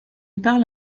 parle